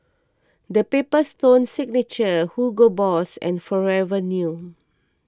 the Paper Stone Signature Hugo Boss and Forever New